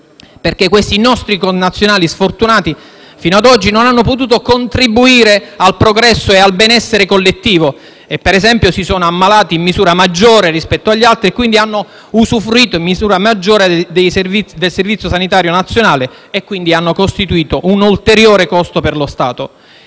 perché questi nostri connazionali sfortunati non hanno potuto contribuire, fino ad oggi, al progresso e al benessere collettivo e, ad esempio, si sono ammalati in misura maggiore rispetto agli altri e quindi hanno usufruito in misura maggiore del Servizio sanitario nazionale, costituendo dunque un ulteriore costo per lo Stato.